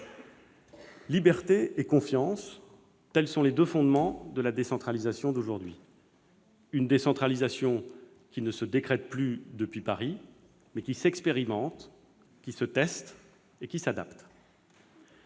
Liberté et confiance, tels sont les deux fondements de la décentralisation d'aujourd'hui. Une décentralisation qui ne se décrète plus depuis Paris, mais qui s'expérimente, se teste et s'adapte.